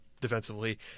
defensively